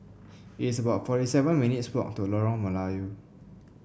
it's about forty seven minutes' walk to Lorong Melayu